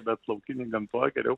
bet laukinėj gamtoj geriau